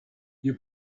you